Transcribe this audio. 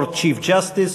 Lord Chief Justice,